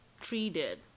treated